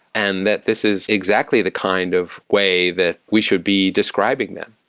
and that this is exactly the kind of way that we should be describing them.